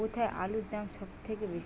কোথায় আলুর দাম সবথেকে বেশি?